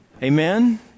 Amen